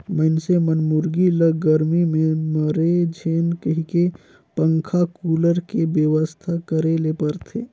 मइनसे मन मुरगी ल गरमी में मरे झेन कहिके पंखा, कुलर के बेवस्था करे ले परथे